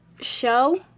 show